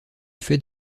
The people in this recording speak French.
fait